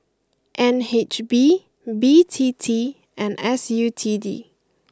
N H B B T T and S U T D